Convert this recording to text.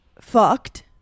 fucked